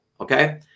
okay